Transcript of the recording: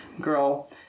girl